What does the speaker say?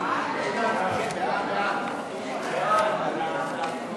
את הצעת חוק לתיקון פקודת מסי העירייה ומסי